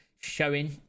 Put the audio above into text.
showing